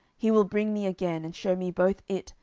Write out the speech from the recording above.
he will bring me again, and shew me both it,